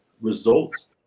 results